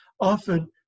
often